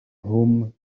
nghwm